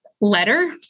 letter